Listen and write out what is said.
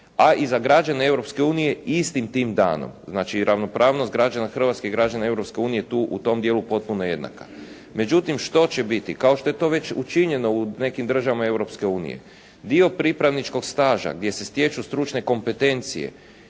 a i za građane Europske unije istim tim danom. Znači ravnopravnost građana hrvatskih i građana Europske unije tu u tom dijelu potpuno jednaka. Međutim što će biti? Kao što je to već učinjeno u nekim državama Europske unije, dio pripravničkog staža gdje se stječu stručne kompetencije